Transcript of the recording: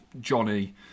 Johnny